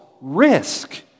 risk